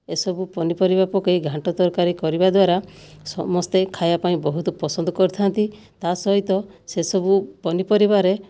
ଏସବୁ ପନିପରିବା ପକାଇ ଘାଣ୍ଟ ତରକାରୀ କରିବା ଦ୍ୱାରା ସମସ୍ତେ ଖାଇବା ପାଁଇ ବହୁତ ପସନ୍ଦ କରିଥାନ୍ତି ତା' ସହିତ ସେସବୁ ପନିପରିବାରେ